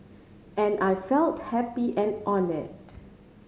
and I felt happy and honoured